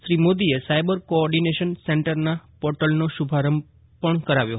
શ્રી મોદીએ cyber coordination સેન્ટરના પોર્ટલનો શ઼ભારંભ કરાવ્યો